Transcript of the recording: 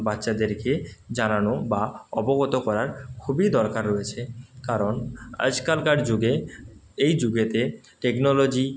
বাচ্চাদেরকে জানানো বা অবগত করার খুবই দরকার রয়েছে কারণ আজকালকার যুগে এই যুগেতে টেকনোলজি